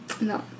No